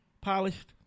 polished